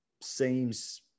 seems